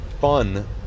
fun